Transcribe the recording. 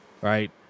Right